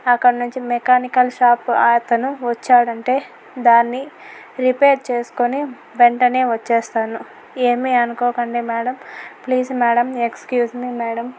అక్కడ్నించి mechanical shop అతను వచ్చాడంటే దాన్ని రిపేర్ చేస్కొని వెంటనే వచ్చేస్తాను ఏమీ అనుకోకండి madam please madam excuse me madam